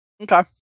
Okay